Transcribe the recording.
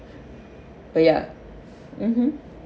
oh ya mmhmm